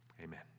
amen